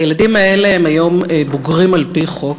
הילדים האלה הם היום בוגרים על-פי חוק,